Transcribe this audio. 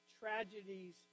tragedies